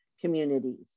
communities